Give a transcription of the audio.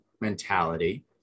mentality